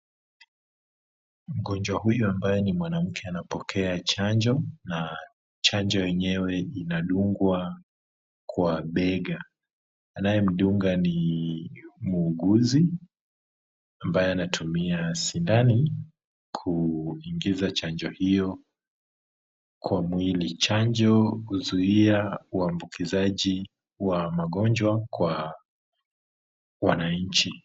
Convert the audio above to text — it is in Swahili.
Mgonjwa huyu ambaye ni mwanamke anapokea chanjo, na chanjo yenyewe inadungwa kwa bega, anayemdunga ni muuguzi ambaye anatumia sindano kuingiza chanjo hiyo kwa mwili. Chanjo huzuia uambukizaji wa magonjwa kwa wananchi.